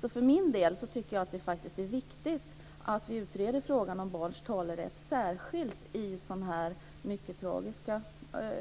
Jag för min del tycker att det är viktigt att vi utreder frågan om barns talerätt, särskilt under sådana här mycket tragiska